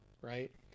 Right